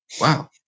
Wow